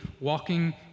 walking